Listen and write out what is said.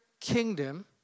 kingdom